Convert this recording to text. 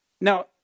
Now